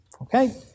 Okay